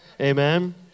Amen